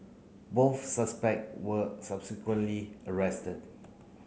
both suspect were subsequently arrested